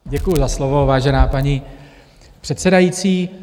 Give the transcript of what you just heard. Děkuji za slovo, vážená paní předsedající.